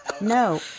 no